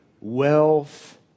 wealth